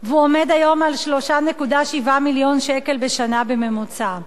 והוא עומד היום על 3.7 מיליון שקל בשנה בממוצע.